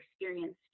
experienced